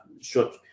short